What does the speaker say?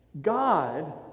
God